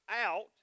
out